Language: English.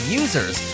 users